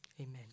Amen